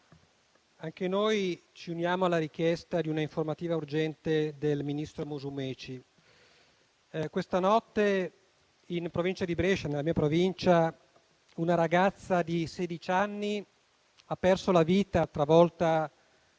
anche noi ci uniamo alla richiesta di una informativa urgente del ministro Musumeci. Questa notte in provincia di Brescia - la mia Provincia - una ragazza di sedici anni ha perso la vita travolta